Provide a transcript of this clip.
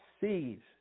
seeds